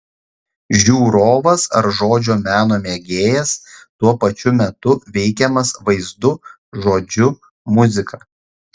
žiūrovas ar žodžio meno mėgėjas tuo pačiu metu veikiamas vaizdu žodžiu muzika